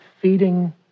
feeding